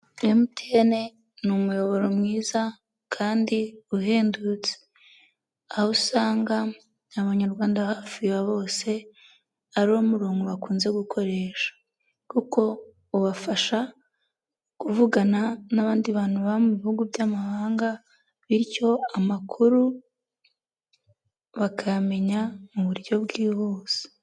MTN ni umuyoboro mwiza kandi uhendutse, aho usanga Abanyarwanda hafi ya bose ari umurongo bakunze gukoresha kuko ubafasha kuvugana n'abandi bantu baba mu bihugu by'amahanga bityo amakuru bakayamenya mu buryo bwihuse.